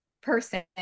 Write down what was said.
person